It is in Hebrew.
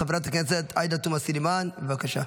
חברת הכנסת עאידה תומא סלימאן, בבקשה.